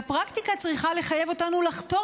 והפרקטיקה צריכה לחייב אותנו לחתור